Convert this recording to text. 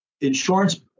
insurance